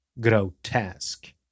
grotesque